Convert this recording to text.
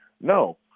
No